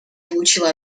получило